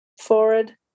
forward